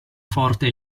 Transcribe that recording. forte